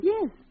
Yes